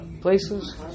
places